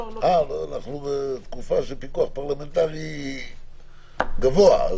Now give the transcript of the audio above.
אנחנו בתקופה של פיקוח פרלמנטרי גבוה.